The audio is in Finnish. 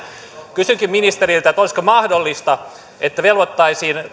kysynkin ministeriltä olisiko mahdollista että velvoitettaisiin